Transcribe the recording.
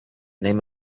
name